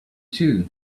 too